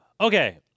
Okay